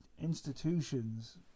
institutions